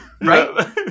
Right